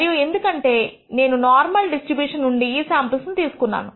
మరియు ఎందుకంటే నేను నార్మల్ డిస్ట్రిబ్యూషన్ నుండి ఈ శాంపుల్స్ తీసుకున్నాను